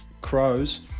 Crows